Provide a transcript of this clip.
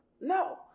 no